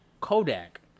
Kodak